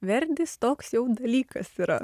verdis toks jau dalykas yra